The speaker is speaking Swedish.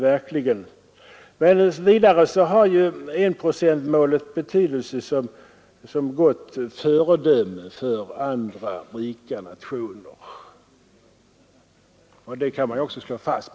Enprocentsmålet har också haft betydelse som gott föredöme för andra rika nationer — det kan vi slå fast och vara överens om alla.